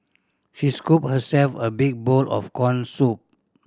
she scooped herself a big bowl of corn soup